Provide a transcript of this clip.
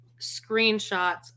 screenshots